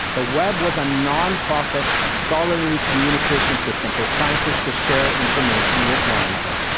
the web was a nonprofit, scholarly communication system for scientists to share information with one another,